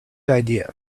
idea